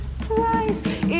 price